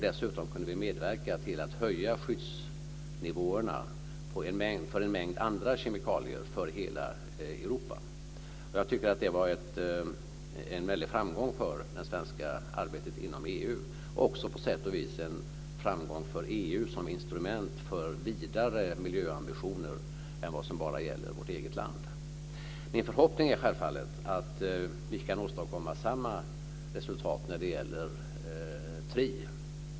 Dessutom kunde vi medverka till att höja skyddsnivåerna för en mängd andra kemikalier för hela Europa. Jag tycker att det var en väldig framgång för det svenska arbetet inom EU. Det var på sätt och vis också en framgång för EU som instrument för vidare miljöambitioner än vad som bara gäller vårt eget land. Min förhoppning är självfallet att vi kan åstadkomma samma resultat när det gäller tri.